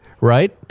right